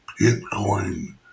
Bitcoin